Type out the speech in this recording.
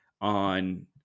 on